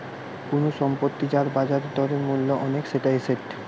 কুনু সম্পত্তি যার বাজার দরে মূল্য অনেক সেটা এসেট